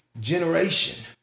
generation